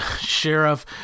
sheriff